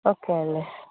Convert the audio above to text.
okay అండి